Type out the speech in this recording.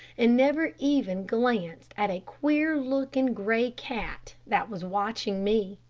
and never even glanced at a queer-looking, gray cat that was watching me,